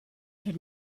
can